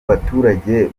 baturage